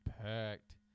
packed